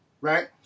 right